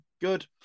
good